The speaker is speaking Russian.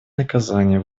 наказания